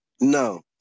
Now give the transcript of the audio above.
No